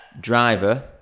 driver